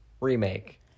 remake